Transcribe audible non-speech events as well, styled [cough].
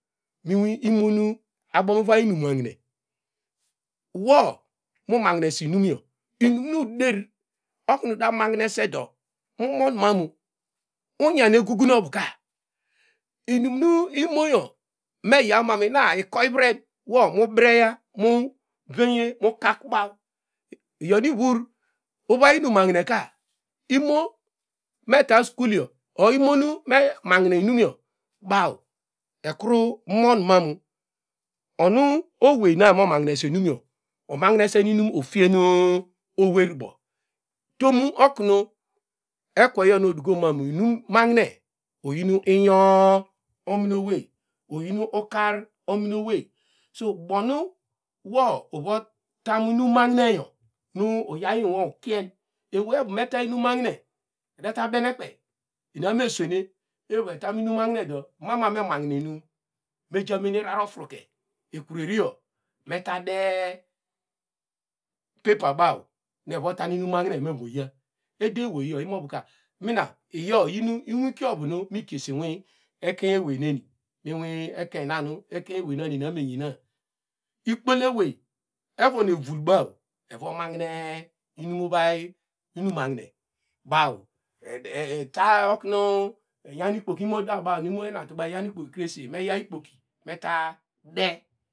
Minwi monu abom uvay inimahine wo nu mu mahineseinumyo inu uder oku da mahnese do mu mon mam unyan egugun ovka inimu imoyo meyaw mam in ikoyvren wo mabreya mu venye ukakubaw iyonwor uvay inumahneka imo meta skulyo oyimo nu oweyna mo mahinese inimyo omahineseru inu ofien owerubo tomu ekweyono dukonma inimahine oyin inyo ominewey ominewey so ubonu wo uro tan inumahine nu iyaw inwikio ukien eweinu meta inim mahine edame ta benekpey eniasome swene ewey eru etonu inimahinedo mana me mahine inim meja mene ararar afruke ekruenyo meta de- e paper baw nevotam inimahine mova ya edeoweyor imovuka nina iyo iyin inwikio ovu nu mikiesinwu ekemeyneni inwi ekeny nanu eni abomeynaa ikpolo owey evon evulba eva mahine inum uvay inum mahinebaw [unintelligible] eta oknu iyaw ikpoki mudaba imo enatuba enyan ikpoki krese me yaw ikpoki me yade